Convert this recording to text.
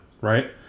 right